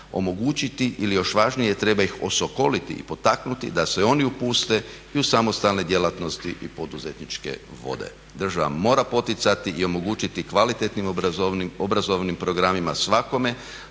omogućiti ili još važnije treba ih osokoliti i potaknuti da se oni upuste i u samostalne djelatnosti i poduzetničke vode. Država mora poticati i omogućiti kvalitetnim obrazovnim programima svakome